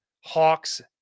Hawks